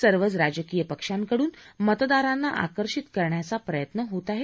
सर्वच राजकीय पक्षांकडून मतदारांना आकर्षित करण्याचा प्रयत्न होत आहे